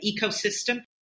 ecosystem